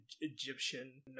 egyptian